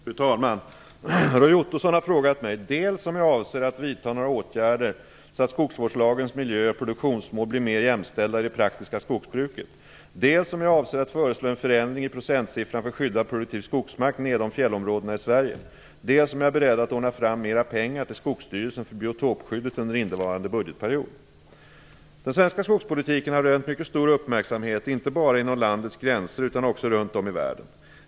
Fru talman! Roy Ottosson har frågat mig dels om jag avser att vidta några åtgärder så att skogsvårdslagens miljö och produktionsmål blir mer jämställda i det praktiska skogsbruket, dels om jag avser att föreslå en förändring i procentsiffran för skyddad produktiv skogsmark nedom fjällområdena i Sverige och dels om jag är beredd att ordna fram mer pengar till Den svenska skogspolitiken har rönt mycket stor uppmärksamhet inte bara inom landets gränser utan också runt om i världen.